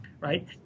right